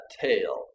tail